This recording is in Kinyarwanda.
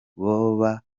boba